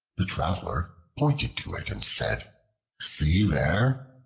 the traveler pointed to it and said see there!